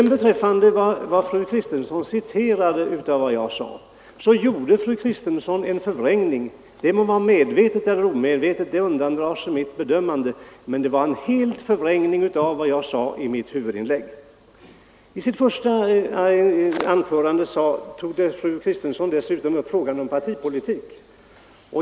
När fru Kristensson citerade vad jag sade i mitt huvudinlägg gjorde hon sig skyldig till en ren förvrängning; om det var medvetet eller omedvetet undandrar sig mitt bedömande. I sitt första anförande tog fru Kristensson dessutom upp frågan om partipolitik.